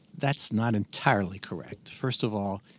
that's not entirely correct. first of all,